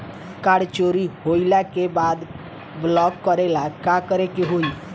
Card चोरी होइला के बाद ब्लॉक करेला का करे के होई?